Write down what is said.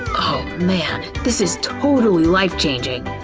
oh man, this is totally life-changing!